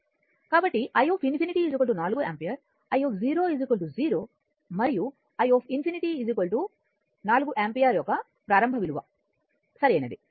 కాబట్టి i ∞ 4 ampere i 0 మరియు i ∞ 4యాంపియ యొక్క ప్రారంభ విలువ సరైనది